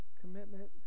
Commitment